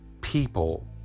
people